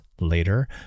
later